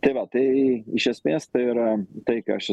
tai va tai iš esmės tai yra tai ką aš